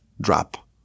drop